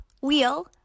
Wheel